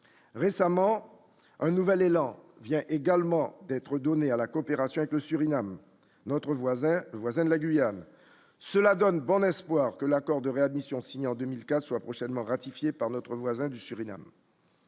récemment un nouvel élan vient également d'être donnée à la coopération avec le Suriname, notre voisin le voisin de La Guyane cela donne bon espoir que l'accord de réadmission signé en 2004 soit prochainement ratifier par notre voisin du Suriname.